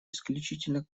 исключительно